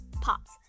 pops